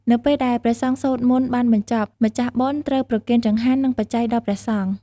នៅពេលដែលព្រះសង្ឃសូត្រមន្តបានបញ្ចប់ ម្ខាស់បុណ្យត្រូវប្រគេនចង្ហាន់ និងបច្ច័យដល់ព្រះសង្ឃ។